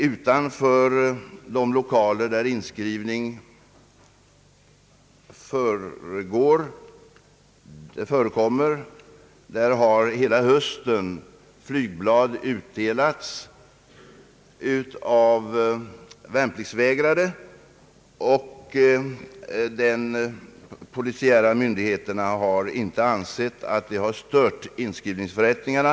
Utanför de lokaler där inskrivning försiggår har under hela hösten flygblad utdelats av värnpliktsvägrare, och de polisiära myndigheterna har inte ansett att detta stört inskrivningsförrättningarna.